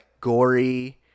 gory